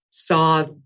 saw